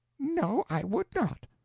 no. i would not.